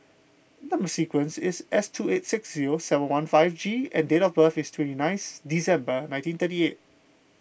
Number Sequence is S two eight six zero seven one five G and date of birth is twenty ninth December nineteen thirty eight